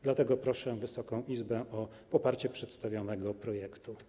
Dlatego proszę Wysoką Izbę o poparcie przedstawionego projektu.